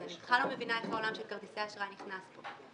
אז אני בכלל לא מבינה איך העולם של כרטיסי אשראי נכנס פה.